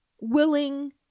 willing